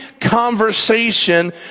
conversation